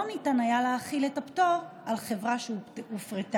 לא ניתן היה להחיל את הפטור על חברה שהופרטה,